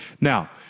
Now